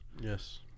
Yes